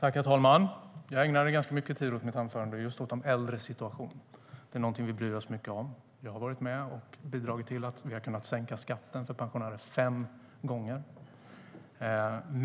Herr talman! I mitt anförande ägnade jag ganska mycket tid just åt de äldres situation. Det är något vi bryr oss mycket om. Vi har varit med och bidragit till att vi har kunnat sänka skatten för pensionärer fem gånger.